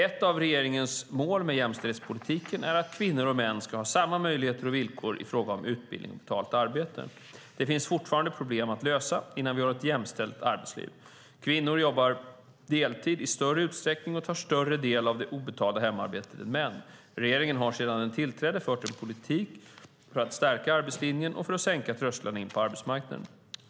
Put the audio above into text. Ett av regeringens mål med jämställdhetspolitiken är att kvinnor och män ska ha samma möjligheter och villkor i fråga om utbildning och betalt arbete. Det finns fortfarande problem att lösa innan vi har ett jämställt arbetsliv. Kvinnor jobbar deltid i större utsträckning och tar större del av det obetalda hemarbetet än män. Regeringen har sedan den tillträdde fört en politik för att stärka arbetslinjen och för att sänka trösklarna in på arbetsmarknaden.